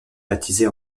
baptisée